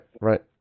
Right